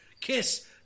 Kiss